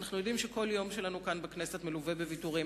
ואנחנו יודעים שכל יום שלנו כאן בכנסת מלווה בוויתורים.